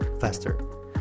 faster